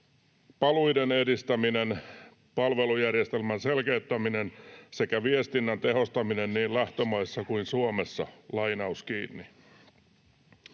paluiden edistäminen, palvelujärjestelmän selkeyttäminen sekä viestinnän tehostaminen niin lähtömaissa kuin Suomessa.” Arvoisa